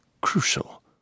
crucial